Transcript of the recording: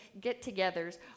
get-togethers